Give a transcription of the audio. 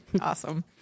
Awesome